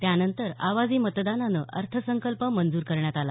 त्यानंतर आवाजी मतदानानं अर्थसंकल्प मंजूर करण्यात आला